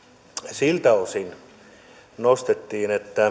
siltä osin nostettiin